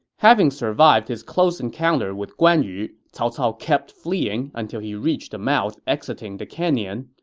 having survived his close encounter with guan yu, cao cao kept fleeing until he reached the mouth exiting the canyon.